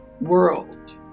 world